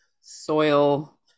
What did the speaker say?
soil